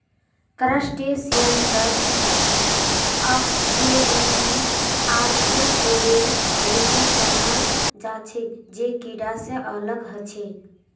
क्रस्टेशियंसक अकशेरुकी आर्थ्रोपोडेर रूपत जाना जा छे जे कीडा से अलग ह छे